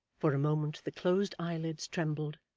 for a moment, the closed eye lids trembled,